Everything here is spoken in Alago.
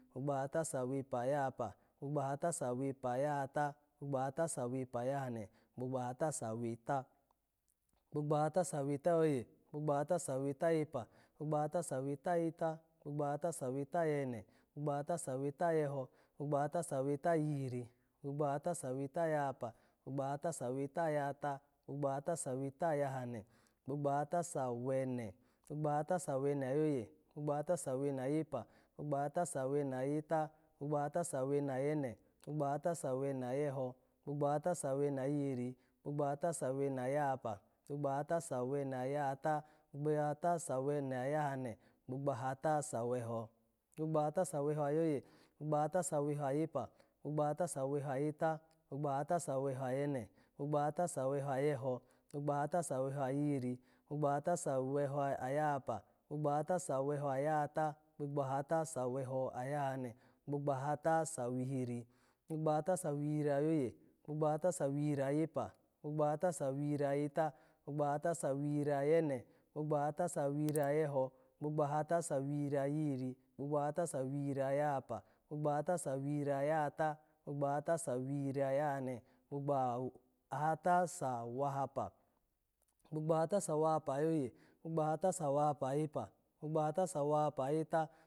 Gbogbo ahata sawepa ayahata, gbogbo ahata sawepa ayahata, gbogbo ahata sawepa ayahane, gbogbo ahata saweta, gbogbo ahata saweta ayepa, gbogbo ahata saweta ayeta, gbogbo ahata saweta ayene, gbogbo ahata saweta ayeho, gbogbo ahata saweta ayihiri, gbogbo ahata saweta ayahapa, gbogbo ahata saweta ayehata, gbogbo ahata saweta ayahane, gbogbo ahata sawene, gbogbo ahata sawene ayoye, gbogbo ahata sawene ayepa, gbogbo ahata sawene ayeta, gbogbo ahata sawene ayene, gbogbo ahata sawene ayeho, gbogbo ahata sawene ayihiri, gbogbo ahata sawene ayahapa, gbogbo ahata sawene ayahata, gbogbo ahata sawene ayahane, gbogbo ahata saweho, gbogbo ahata saweho ayoye, gbogbo ahata saweho ayepa, gbogbo ahata saweho ayeta, gbogbo ahata saweho ayene, gbogbo ahata saweho ayeho, gbogbo ahata saweho ayihiri, gbogbo ahata saweho ayahapa, gbogbo ahata saweho ayahata, gbogbo ahata saweho ayahane, gbogbo ahata sawihiri, gbogbo ahata sawihiri ayoye, gbogbo ahata sawihiri ayeta, gbogbo ahata sawihiri ayene, gbogbo ahata sawihiri ayeho, gbogbo ahata sawihiri ayihiri, gbogbo ahata sawihiri ayahapa, gbogbo ahata sawihiri ayahata, gbogbo ahata sawihiri ayahane, gbogbo aw-ahata-sa-awahapa, gbogbo ahata sawahapa ayoye, gbogbo ahata sawahapa ayepa, gbogbo ahata sawahapa ayeta